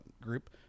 group